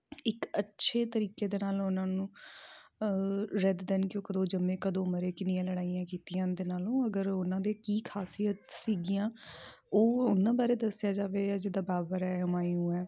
ਇੱਕ ਅੱਛੇ ਤਰੀਕੇ ਦੇ ਨਾਲ ਉਹਨਾਂ ਨੂੰ ਰੈਦਰ ਦੈਨ ਕਿ ਉਹ ਕਦੋਂ ਜੰਮੇ ਕਦੋਂ ਮਰੇ ਕਿੰਨੀਆਂ ਲੜਾਈਆਂ ਕੀਤੀਆਂ ਦੇ ਨਾਲੋਂ ਅਗਰ ਉਹਨਾਂ ਦੇ ਕੀ ਖ਼ਾਸੀਅਤ ਸੀਗੀਆਂ ਉਹ ਉਹਨਾਂ ਬਾਰੇ ਦੱਸਿਆ ਜਾਵੇ ਜਾਂ ਜਿੱਦਾਂ ਬਾਬਰ ਹੈ ਹਿਮਾਯੂੰ ਹੈ